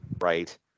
Right